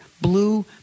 blue